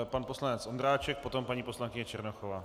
Pan poslanec Ondráček, potom paní poslankyně Černochová.